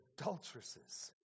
adulteresses